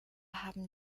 haben